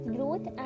Growth